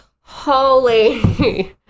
Holy